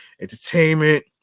Entertainment